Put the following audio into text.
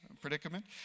predicament